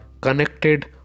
connected